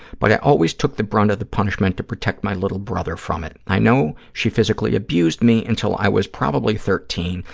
but i always took the brunt of the punishment to protect my little brother from it. i know she physically abused me until i was probably thirteen,